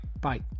Bye